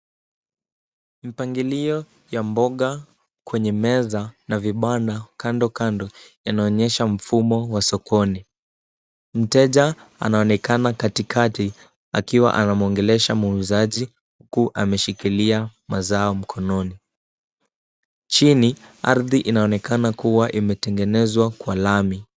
Mpangilio ya mboga kwenye meza na vibanda kando kando yanaonyesha mfumo wa sokoni. Mteja anaonekana katikati akiwa anamwongelesha muuzaji huku ameshikilia mazao mkononi. Chini, ardhi inaonekana kuwa imetengenezwa kwa lami.